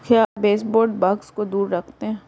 क्या baseboard bugs को दूर रखते हैं?